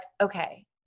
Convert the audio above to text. okay